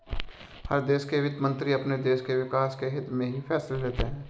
हर देश के वित्त मंत्री अपने देश के विकास के हित्त में ही फैसले लेते हैं